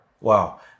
Wow